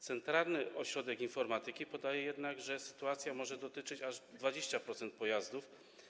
Centralny Ośrodek Informatyki podaje jednak, że sytuacja może dotyczyć aż 20% pojazdów.